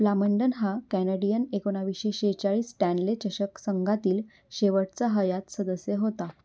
Plamondon हा Canadian एकोणाविसशे सेहेचाळीस स्टँडले चषक संघातील शेवटचा हयात सदस्य होता